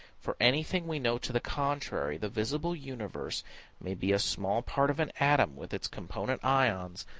for anything we know to the contrary, the visible universe may be a small part of an atom, with its component ions,